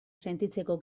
sentitzeko